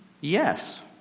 Yes